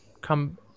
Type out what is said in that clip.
come